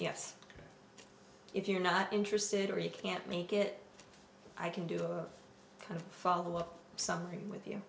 yes if you're not interested or you can't make it i can do a kind of follow up something with you